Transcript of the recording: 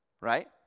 Right